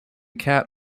cat